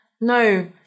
no